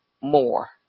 more